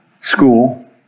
school